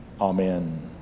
Amen